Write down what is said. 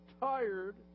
tired